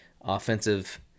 offensive